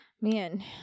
Man